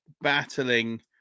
battling